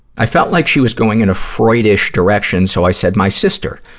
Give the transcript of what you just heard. i felt like she was going in a freud-ish direction, so i said my sister.